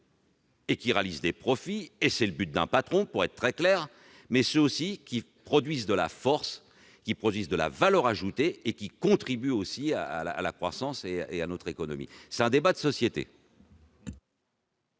et réalisent des profits- c'est le but d'un patron, pour être très clair -et ceux qui produisent de la force, de la valeur ajoutée et contribuent, aussi, à la croissance et à notre économie ? C'est un débat de société